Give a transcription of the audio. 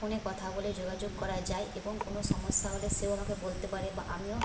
ফোনে কথা বলে যোগাযোগ করা যায় এবং কোনো সমস্যা হলে সেও আমাকে বলতে পারে বা আমিও